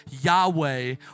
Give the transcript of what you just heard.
Yahweh